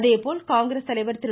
அதேபோல் காங்கிரஸ் தலைவர் திரு